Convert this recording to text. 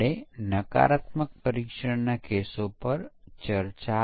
આપણે પછીથી સિસ્ટમ પરીક્ષણ વિશે વધુ ચર્ચા કરીશું